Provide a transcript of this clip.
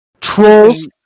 trolls